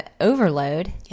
overload